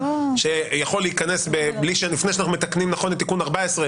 שיכול להיכנס לפני שאנחנו מתקנים נכון את תיקון 14,